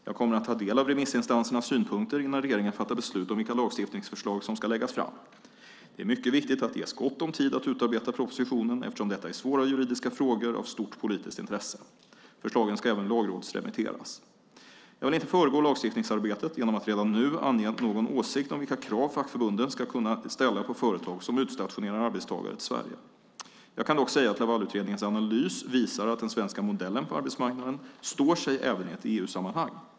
Jag kommer att ta del av remissinstansernas synpunkter innan regeringen fattar beslut om vilka lagstiftningsförslag som ska läggas fram. Det är mycket viktigt att det ges gott om tid att utarbeta propositionen, eftersom detta är svåra juridiska frågor av stort politiskt intresse. Förslagen ska även lagrådsremitteras. Jag vill inte föregå lagstiftningsarbetet genom att redan nu ange någon åsikt om vilka krav fackförbunden ska kunna ställa på företag som utstationerar arbetstagare till Sverige. Jag kan dock säga att Lavalutredningens analys visar att den svenska modellen på arbetsmarknaden står sig även i ett EU-sammanhang.